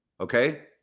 okay